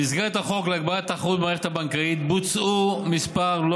במסגרת החוק להגברת התחרות במערכת הבנקאית בוצעו מספר לא